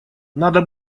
надо